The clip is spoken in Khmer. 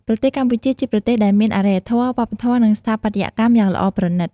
ប្រទេសកម្ពូជាជាប្រទេសដែលមានអរិយធម៌ វប្បធម៌ និងស្ថាបត្យកម្មយ៉ាងល្អប្រណិត។